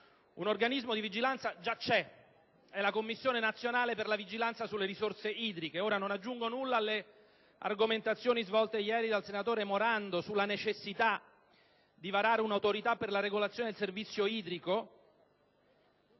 un organismo di vigilanza già esiste ed è la Commissione nazionale per la vigilanza sulle risorse idriche. Non aggiungo ora nulla alle argomentazioni svolte ieri dal senatore Morando sulla necessità di varare una autorità per la regolazione del servizio idrico,